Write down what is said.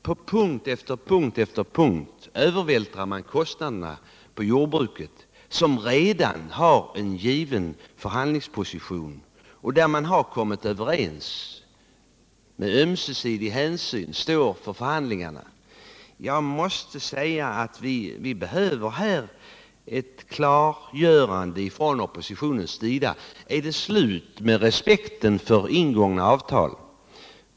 På punkt efter punkt vill man övervältra kostnaderna på jordbruket, som redan har en given förhandlingsposition, där man har kommit överens och där man med ömsesidig hänsyn står för förhandlingsresultaten. Vi måste säga att här behöver vi ett klargörande från oppositionen. Är det slut med respekten för ingångna avtal?